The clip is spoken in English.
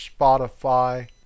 spotify